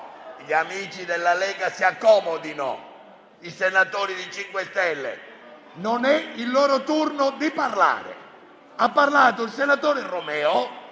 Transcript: Gli amici della Lega si accomodino. Ai senatori 5 Stelle dico che non è il loro turno di parlare. Ha parlato il senatore Romeo